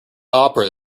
opera